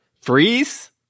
freeze